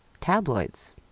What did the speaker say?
tabloids